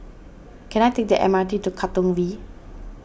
can I take the M R T to Katong V